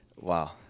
Wow